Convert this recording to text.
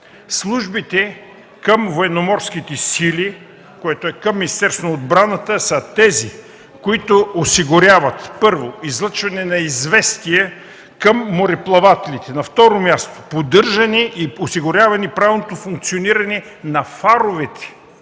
службите към Военноморските сили, които са към Министерството на отбраната, са тези, които осигуряват първо, излъчване на известие към мореплавателите; на второ място, поддържане и осигуряване правилното функциониране на фаровете